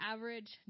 Average